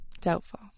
Doubtful